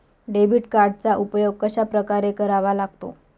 Debit कार्डचा उपयोग कशाप्रकारे करावा लागतो?